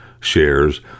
shares